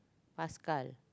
pascal